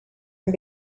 and